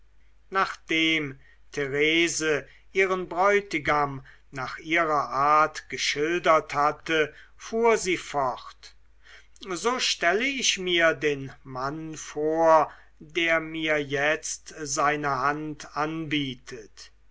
nachdem therese ihren bräutigam nach ihrer art geschildert hatte fuhr sie fort so stelle ich mir den mann vor der mir jetzt seine hand anbietet